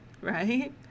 right